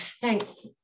thanks